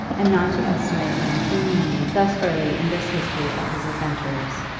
and not to estimate him too meanly thus early in this history of his adventures.